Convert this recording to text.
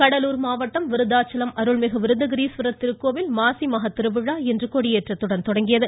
கோவில் கடலூர் மாவட்டம் விருத்தாச்சலம் அருள்மிகு விருதகிரீஸ்வரர் திருக்கோவிலில் மாசிமகத்திருவிழா இன்று கொடியேற்றத்துடன் தொடங்கியது